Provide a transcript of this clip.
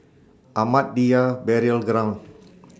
Ahmadiyya Burial Ground